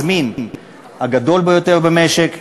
המזמין הגדול ביותר במשק,